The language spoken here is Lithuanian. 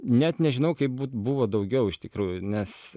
net nežinau kaip būt buvo daugiau iš tikrųjų nes